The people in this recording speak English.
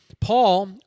Paul